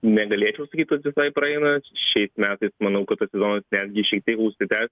negalėčiau sakyt kad visai praeina šiais metais manau kad tas sezonas netgi šiek tiek užsitęs